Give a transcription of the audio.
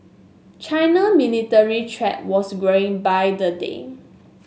China military threat was growing by the day